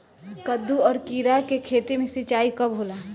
कदु और किरा के खेती में सिंचाई कब होला?